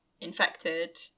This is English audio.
infected